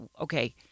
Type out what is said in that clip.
okay